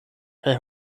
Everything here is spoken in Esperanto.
kaj